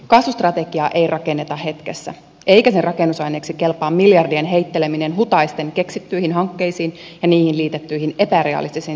kasvustrategiaa ei rakenneta hetkessä eikä sen rakennusaineeksi kelpaa miljardien heitteleminen hutaisten keksittyihin hankkeisiin ja niihin liitettyihin epärealistisiin työllisyysvaikutusten ennustuksiin